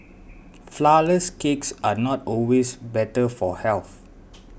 Flourless Cakes are not always better for health